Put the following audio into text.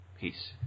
Peace